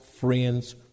friends